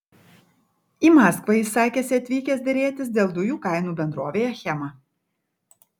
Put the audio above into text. į maskvą jis sakėsi atvykęs derėtis dėl dujų kainų bendrovei achema